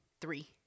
Three